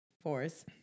force